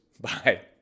Bye